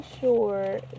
sure